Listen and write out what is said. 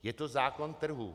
Je to zákon trhu.